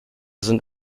sind